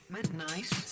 Midnight